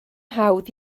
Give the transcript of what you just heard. hawdd